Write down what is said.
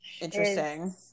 interesting